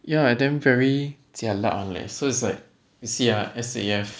ya I damn very jialat leh so it's like see ah S_A_F